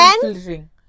filtering